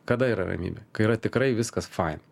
kada yra ramybė kai yra tikrai viskas faina